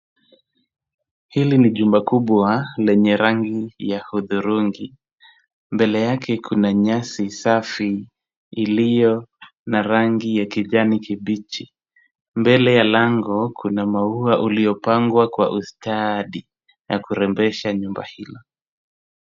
Hili ni jumba kubwa lenye rangi ya hudhurungi. Mbele yake kuna nyasi safi iliyo na rangi ya kijani kibichi. Mbele ya lango kuna maua uliopangwa kwa ustadi na kurembesha nyumba hilo.